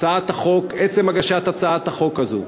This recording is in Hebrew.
עצם הגשת הצעת החוק הזו,